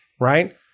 right